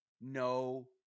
No